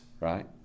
right